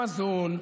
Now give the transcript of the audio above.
ונעשה את זה במזון,